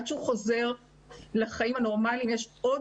עד שהוא חוזר לחיים הנורמליים יש עוד